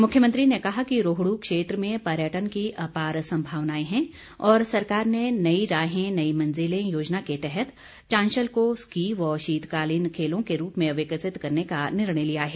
मुख्यमंत्री ने कहा कि रोहड् क्षेत्र में पर्यटन की अपार संभावनाएं हैं और सरकार ने नई राहें नई मंजिलें योजना के तहत चांशल को स्की व शीतकालीन खेलों के रूप में विकसित करने का निर्णय लिया है